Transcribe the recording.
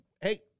Hey